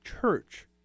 church